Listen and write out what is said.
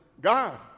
God